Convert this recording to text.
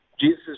Jesus